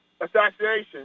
assassination